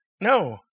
No